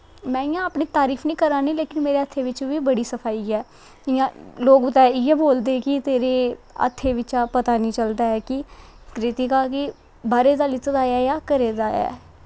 में इ'यां अपनी तरीफ निं करानी लेकिन मेरे हत्थें बिच्च बी बड़ी सफाई ऐ इ'यां लोग ते इ'यै बोलदे कि तेरे हत्थें बिच्च दा पता निं चलदा ऐ कि तेरा क्रितिका कि बाह्रे दा लैत्ता दा ऐ जां घरे दा ऐ